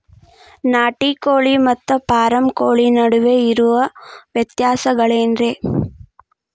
ನಾಟಿ ಕೋಳಿ ಮತ್ತ ಫಾರಂ ಕೋಳಿ ನಡುವೆ ಇರೋ ವ್ಯತ್ಯಾಸಗಳೇನರೇ?